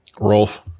Rolf